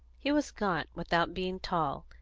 he was gaunt, without being tall,